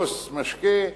כוס משקה,